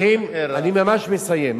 אני ממש מסיים.